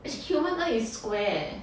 actually human urn is square